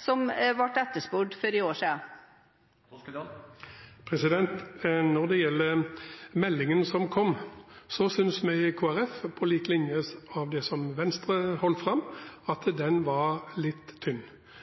som ble etterspurt for et år siden? Når det gjelder meldingen som kom, syntes vi i Kristelig Folkeparti, på lik linje med Venstre, at den var litt tynn.